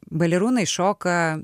balerūnai šoka